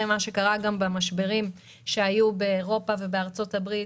מה שקרה גם במשברים שהיו באירופה ובארצות הברית,